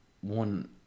one